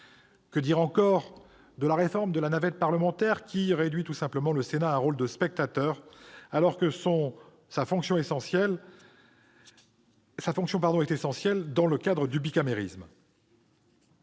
Que dire encore de la réforme de la navette parlementaire, qui réduit tout simplement le Sénat à un rôle de spectateur, alors que sa mission est essentielle au fonctionnement du bicamérisme ?